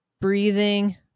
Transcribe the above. breathing